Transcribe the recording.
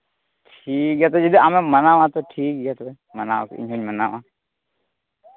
ᱴᱷᱤᱠ ᱜᱮᱭᱟ ᱛᱚᱵᱮ ᱡᱩᱫᱤ ᱟᱢᱮᱢ ᱢᱟᱱᱟᱣᱟ ᱛᱳ ᱴᱷᱤᱠ ᱜᱮᱭᱟ ᱛᱚᱵᱮ ᱢᱟᱱᱟᱣ ᱠᱷᱟᱱ ᱤᱧ ᱦᱚᱧ ᱢᱟᱱᱟᱣᱟ